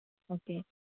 okay